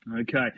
Okay